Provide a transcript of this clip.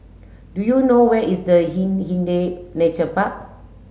do you know where is the Hindhede Nature Park